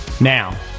Now